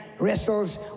wrestles